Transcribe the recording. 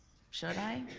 should i,